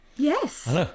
Yes